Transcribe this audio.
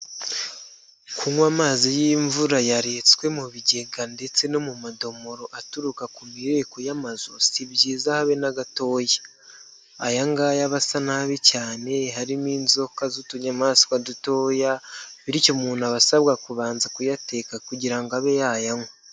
Kunywa amazi y'imvura yaretswe mu bigega ndetse no mu madomoro aturuka ku mireko y'amazu si byiza habe na gatoya, aya ngaya aba asa nabi cyane harimo inzoka z'utunyamaswa dutoya, bityo umuntu aba asabwa kubanza kuyateka kugira ngo abe yayanywa.